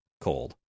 cold